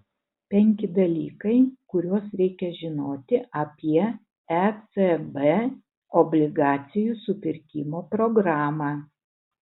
penki dalykai kuriuos reikia žinoti apie ecb obligacijų supirkimo programą